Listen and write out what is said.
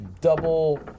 double